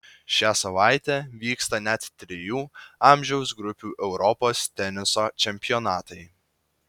šią savaitę vyksta net trijų amžiaus grupių europos teniso čempionatai